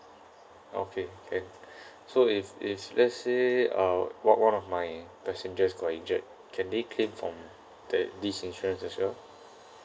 okay can so if if let's say uh one one of my passengers got injured can they claim from the this insurance as well